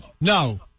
No